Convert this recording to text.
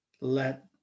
let